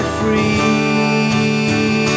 free